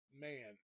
man